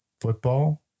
football